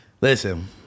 Listen